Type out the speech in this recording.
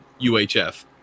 UHF